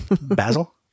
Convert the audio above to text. Basil